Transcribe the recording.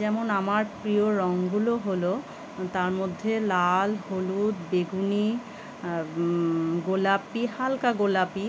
যেমন আমার প্রিয় রঙগুলো হলো তার মধ্যে লাল হলুদ বেগুনি গোলাপি হালকা গোলাপি